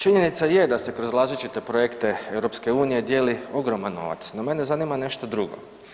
Činjenica je da se kroz različite projekte EU dijeli ogroman novac, no mene zanima nešto drugo.